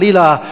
חלילה,